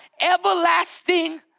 everlasting